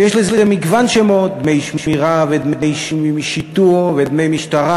ויש לזה מגוון שמות: דמי שמירה ודמי שיטור ודמי משטרה,